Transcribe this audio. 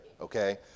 okay